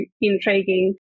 intriguing